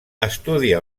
estudia